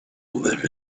live